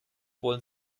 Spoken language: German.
wollen